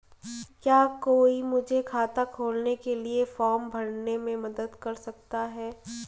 क्या कोई मुझे खाता खोलने के लिए फॉर्म भरने में मदद कर सकता है?